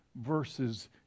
verses